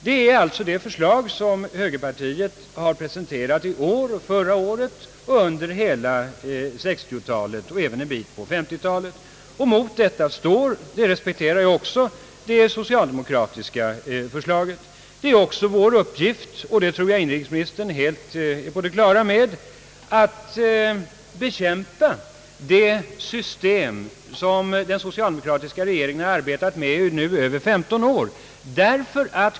Det är alltså det förslag som högerpartiet har presenterat i år, förra året, under hela 1960-talet och även under en del av 1950-talet. Mot detta står — det respekterar jag också det socialdemokratiska förslaget. Det är vår uppgift, och det tror jag att inrikesministern är helt på det klara med, att bekämpa det system som den socialdemokratiska regeringen arbetat med i över 15 år.